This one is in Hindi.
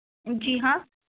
जी हाँ